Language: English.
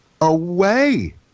away